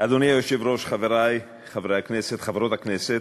אדוני היושב-ראש, חברי חברי הכנסת וחברות הכנסת,